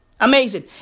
Amazing